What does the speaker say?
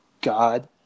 god